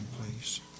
please